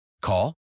Call